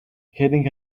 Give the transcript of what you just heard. heading